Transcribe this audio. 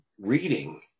reading